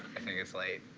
i think it's late